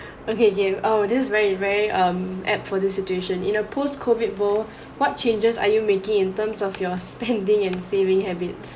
okay okay oh this very very um app for this situation in a post COVID world what changes are you making in terms of your spending and saving habits